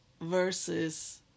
versus